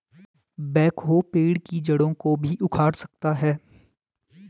backhoe पेड़ की जड़ों को भी उखाड़ सकता है